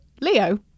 Leo